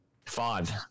five